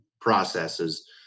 processes